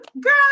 Girl